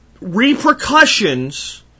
repercussions